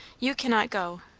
you cannot go.